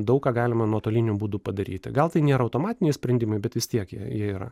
daug ką galima nuotoliniu būdu padaryti gal tai nėra automatinis sprendimai bet vis tiek jie jie yra